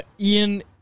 Ian